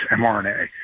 mRNA